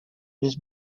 vez